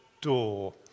door